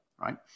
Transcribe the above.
right